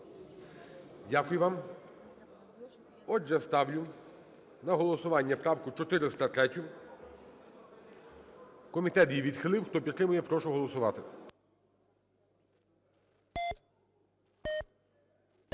Дякую вам. Отже, ставлю на голосування правку 403, комітет її відхилив. Хто підтримує, прошу голосувати.